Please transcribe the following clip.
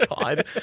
God